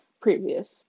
previous